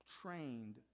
trained